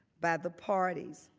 by the parties,